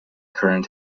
current